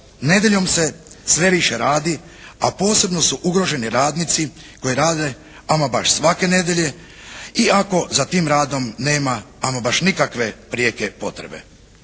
nedjeljom se sve više radi, a posebno su ugroženi radnici koji rade ama baš svake nedjelje i ako za tim radom nema ama baš nikakve prijeke potrebe.